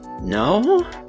No